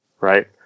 right